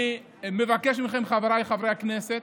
אני מבקש מכם, חבריי חברי הכנסת,